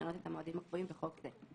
לשנות את המועדים הקבועים בחוק זה.